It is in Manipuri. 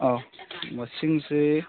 ꯑꯥ ꯃꯁꯤꯡꯁꯦ